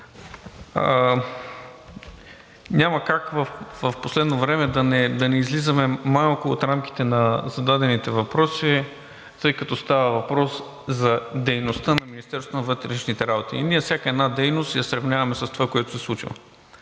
Няма как в последно време да не излизаме малко от рамките на зададените въпроси, тъй като става въпрос за дейността на Министерството на вътрешните работи, и ние всяка една дейност я сравняваме с това, което се случва.